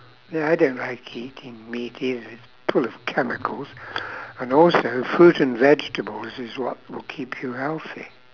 ya I don't like eating meat either it's full of chemicals and also fruit and vegetables is what will keep you healthy